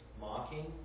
mocking